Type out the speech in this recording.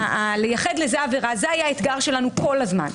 לייחד לזה עבירה, זה היה האתגר שלנו כל הזמן.